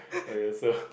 okay so